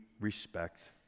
respect